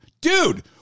dude